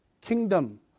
kingdom